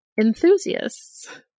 enthusiasts